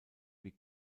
wie